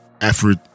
effort